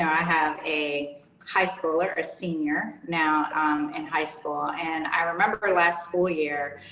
i have a high schooler, a senior now in high school. and i remember her last school year.